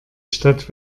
stadt